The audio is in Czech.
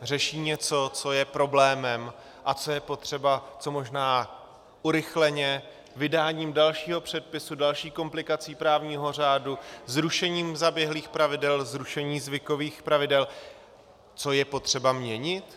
Řeší něco, co je problémem a co je potřeba co možná urychleně, vydáním dalšího předpisu, další komplikací právního řádu, zrušením zaběhlých pravidel, zrušením zvykových pravidel, co je potřeba měnit?